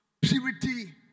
purity